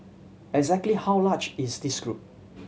exactly how large is this group